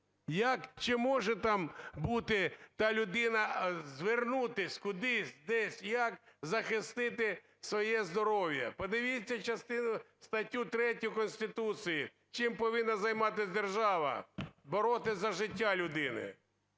Чи може там бути та людина, звернутись кудись, десь, як захистити своє здоров'я? Подивіться статтю 3 Конституції, чим повинна займатись держава: боротись за життя людина,